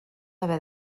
haver